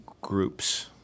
groups